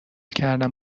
کردم